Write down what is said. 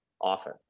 often